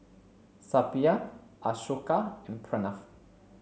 Suppiah Ashoka and Pranav